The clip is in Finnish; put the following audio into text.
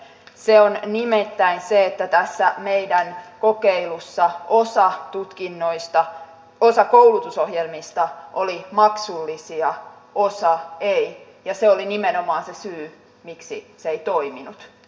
se on nimittäin se että tässä meidän kokeilussamme osa koulutusohjelmista oli maksullisia osa ei ja se oli nimenomaan se syy miksi se ei toiminut